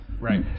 right